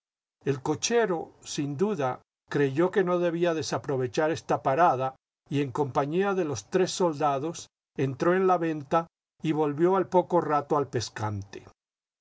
el cochero sin duda creyó que no debía desaprovechar esta parada y en compañía de los tres soldados entró en la venta y volvió ai poco rato al pescante la